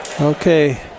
Okay